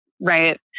right